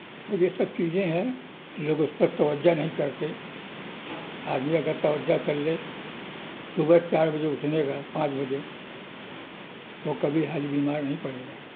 یہ سب چیزیں ہیں لوگ اس پر توجہ نہیں کرتے آدمی اگر توجہ کر لے صبح چار بجے اٹھنے گا پانچ بجے وہ کبھی حالی بیمار نہیں پڑے گا